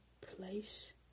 place